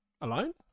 alone